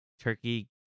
Turkey